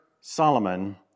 Solomon